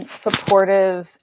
supportive